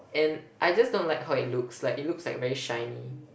and I just don't like how it looks like it looks like very shiny